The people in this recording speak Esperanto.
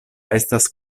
estas